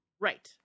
Right